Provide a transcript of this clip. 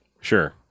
sure